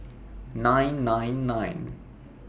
nine nine nine